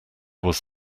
was